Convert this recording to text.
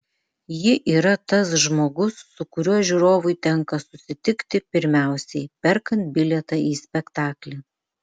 ji yra tas žmogus su kuriuo žiūrovui tenka susitikti pirmiausiai perkant bilietą į spektaklį